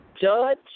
judge